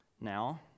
Now